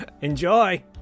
Enjoy